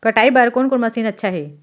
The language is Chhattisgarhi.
कटाई बर कोन कोन मशीन अच्छा हे?